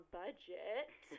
budget